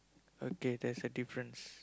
okay there's a difference